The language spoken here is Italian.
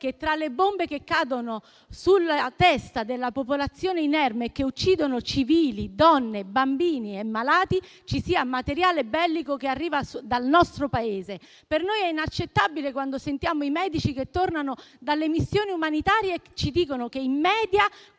che tra le bombe che cadono sulla testa della popolazione inerme e che uccidono civili, donne, bambini e ammalati ci sia materiale bellico che arriva dal nostro Paese. Per noi è inaccettabile sentire i medici che tornano dalle missioni umanitarie dire che in media